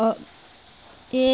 অঁ এই